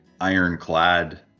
ironclad